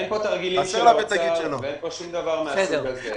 אין פה תרגילים של האוצר ואין פה שום דבר מהסוג הזה,